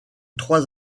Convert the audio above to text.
trois